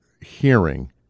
hearing